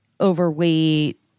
overweight